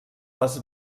les